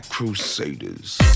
Crusaders